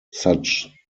such